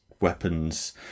weapons